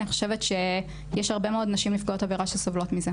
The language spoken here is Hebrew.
אני חושבת שיש הרבה מאוד נשים נפגעות עבירה שסובלות מזה.